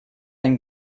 ein